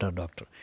doctor